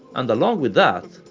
and along with that,